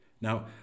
Now